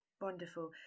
Wonderful